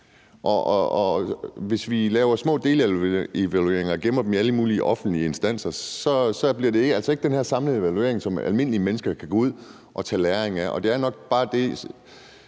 Hvis vi laver små delevalueringer og gemmer dem i alle mulige offentlige instanser, bliver det altså ikke den her samlede evaluering, som almindelige mennesker kan gå ud og få læring